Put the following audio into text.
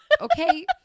okay